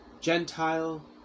Gentile